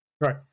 Right